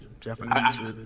Japanese